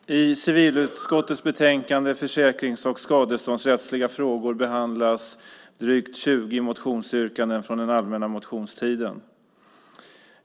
Fru talman! I civilutskottets betänkande Försäkrings och skadeståndsrättsliga frågor behandlas drygt 20 motionsyrkanden från den allmänna motionstiden.